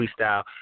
freestyle